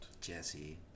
Jesse